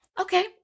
Okay